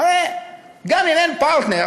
הרי גם אם אין פרטנר,